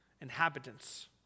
inhabitants